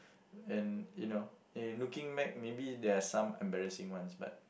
and you know and looking back maybe there are some embarrassing ones but